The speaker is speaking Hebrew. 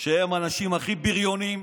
שהם האנשים הכי הבריונים,